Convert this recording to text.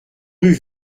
rue